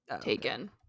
taken